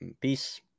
Peace